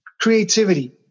creativity